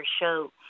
show